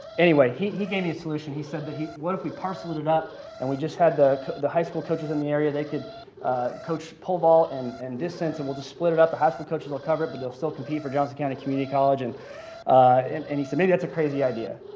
anyway, he he gave me a solution. he said that he what if we parcel it it up and we just had the the high school coaches in the area, they could coach pole vault and and distance and we'll just split it up, the high school coaches will cover it but they'll still compete for johnson county community college and and and he said maybe that's a crazy idea.